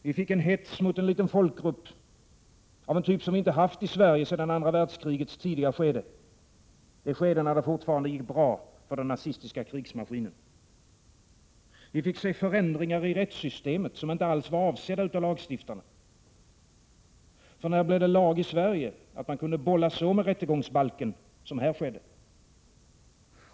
Vi fick en hets mot en liten folkgrupp av en typ som vi inte haft i Sverige sedan andra världskrigets tidiga skede; det skede när det fortfarande gick bra för den nazistiska krigsmaskinen. Vi fick se förändringar i rättssystemet som inte alls var avsedda av lagstiftarna, för när blev det lag i Sverige att man kunde bolla så med rättegångsbalken som skedde här?